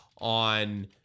on